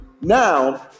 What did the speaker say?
now